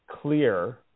clear